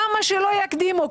למה שלא יקדימו?